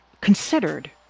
considered